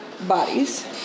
bodies